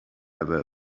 driver